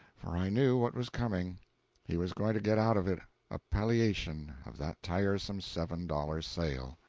for i knew what was coming he was going to get out of it a palliation of that tiresome seven-dollar sale.